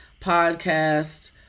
podcast